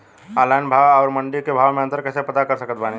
Online भाव आउर मंडी के भाव मे अंतर कैसे पता कर सकत बानी?